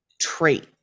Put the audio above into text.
trait